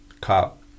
cop